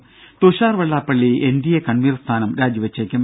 രംഭ Thushar Vellappally NDA convener സ്ഥാനം രാജിവച്ചേക്കും